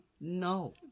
No